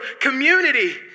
community